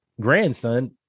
grandson